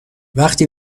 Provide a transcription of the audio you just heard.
وقتی